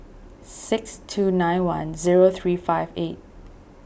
six two nine one zero three five eight